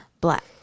black